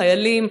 חיילים,